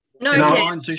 No